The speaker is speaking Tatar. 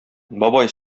бабай